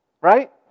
Right